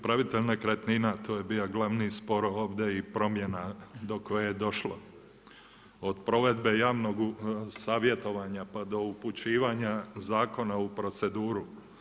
Upravitelj nekretnina, to je bio glavni spor ovdje i promjena do koje je došlo od provedbe javnog savjetovanja pa do upućivanja Zakona u proceduru.